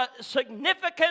significant